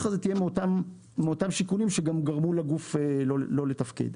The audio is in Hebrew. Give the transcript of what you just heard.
הזה תהיה מאותם שיקולים שגם גרמו לגוף לא תפקד.